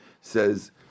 says